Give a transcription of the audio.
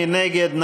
מי נגד?